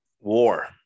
War